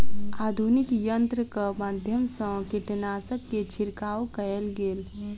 आधुनिक यंत्रक माध्यम सँ कीटनाशक के छिड़काव कएल गेल